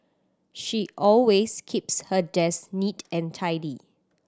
she always keeps her desk neat and tidy